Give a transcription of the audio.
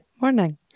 Morning